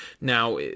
Now